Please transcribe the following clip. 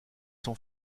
sont